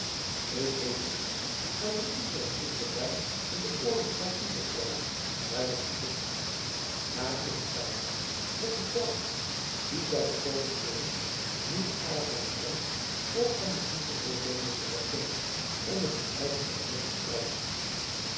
ik weet nog niet aan wien utrecht het beleid van den oorlog zal toevertrouwen zeide de stichtenaar maar ik vlei mij dat de veldheer dien zij bekomen zullen niet aarzelen zal om aan de friesche hulpbenden te vergunnen onder hun eigen banier te strijden